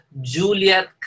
Juliet